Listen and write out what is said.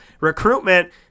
recruitment